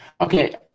okay